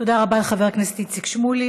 תודה רבה לחבר הכנסת איציק שמולי.